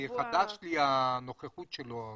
חדשה לי הנוכחות שלי.